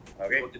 Okay